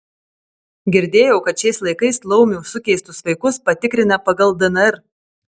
girdėjau kad šiais laikais laumių sukeistus vaikus patikrina pagal dnr